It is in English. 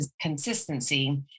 consistency